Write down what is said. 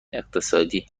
اقتصادی